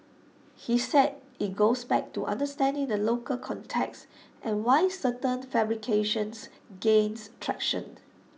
he said IT goes back to understanding the local context and why certain fabrications gains traction